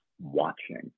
watching